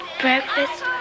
breakfast